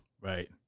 Right